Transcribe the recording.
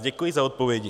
Děkuji za odpovědi.